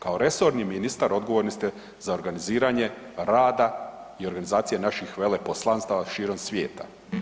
Kao resorni ministar odgovorni za organiziranje rada i organizaciju naših veleposlanstava širom svijeta.